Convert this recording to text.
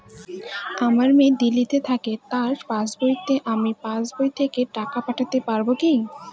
আমার মেয়ে দিল্লীতে থাকে তার পাসবইতে আমি পাসবই থেকে টাকা পাঠাতে পারব কি?